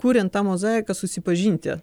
kuriant tą mozaiką susipažinti